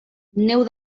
neu